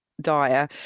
dire